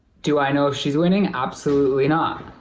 do i know she is winning, absolutely not,